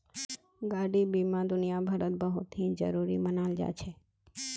गाडी बीमा दुनियाभरत बहुत ही जरूरी मनाल जा छे